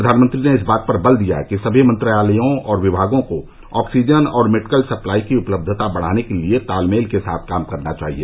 प्रधानमंत्री ने इस बात पर बल दिया कि सभी मंत्रालयों और विभागों को ऑक्सीजन और मेडिकल सप्लाई की उपलब्धता बढाने के लिए तालमेल के साथ काम करना चाहिए